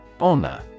Honor